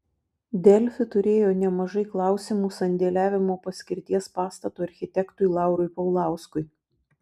delfi turėjo nemažai klausimų sandėliavimo paskirties pastato architektui laurui paulauskui